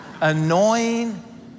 Annoying